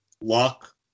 luck